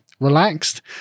relaxed